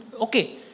okay